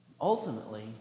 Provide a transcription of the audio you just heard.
ultimately